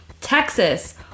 Texas